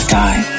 die